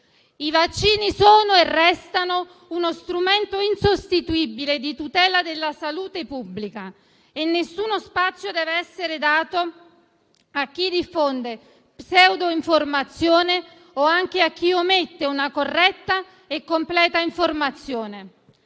I vaccini sono e restano uno strumento insostituibile di tutela della salute pubblica e nessuno spazio dev'essere dato a chi diffonde pseudoinformazione o anche a chi omette una corretta e completa informazione.